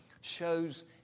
shows